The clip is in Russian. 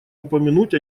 упомянуть